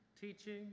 teaching